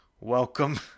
Welcome